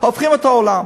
הופכים את העולם.